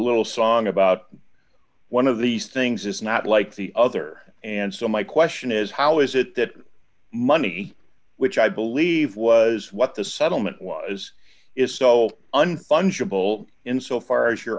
little song about one of these things is not like the other and so my question is how is it that money which i believe was what the settlement was is so unbundle in so far as your